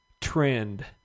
trend